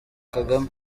kagame